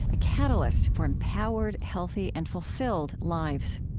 a catalyst for empowered, healthy, and fulfilled lives